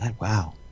wow